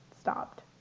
stopped